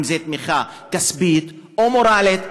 אם זו תמיכה כספית או מורלית,